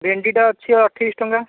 ଭେଣ୍ଡିଟା ଅଛି ଅଠେଇଶ ଟଙ୍କା